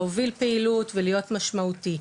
להוביל פעילות ולהיות משמעותי.